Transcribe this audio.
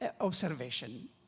observation